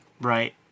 Right